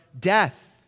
death